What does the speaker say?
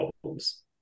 problems